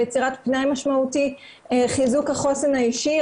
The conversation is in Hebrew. חיזוק החוסן האישי,